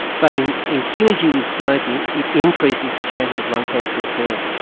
but in in synergy with smoking, it increases the chances of lung cancer occurring.